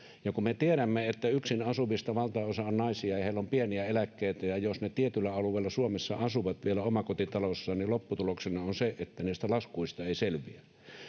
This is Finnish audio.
kun me tiedämme että yksin asuvista valtaosa on naisia ja heillä on pieniä eläkkeitä ja jos he tietyllä alueella suomessa asuvat vielä omakotitalossa niin lopputuloksena on se että niistä laskuista ei selviä